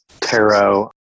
tarot